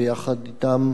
ויחד אתם,